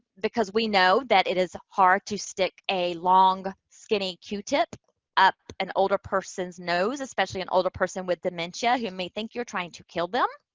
because we know that it is hard to stick a long skinny q-tip up an older person's nose, especially an older person with dementia who may think you're trying to kill them.